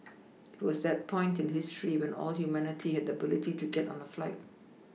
it was that point in history where all of humanity had the ability to get on a flight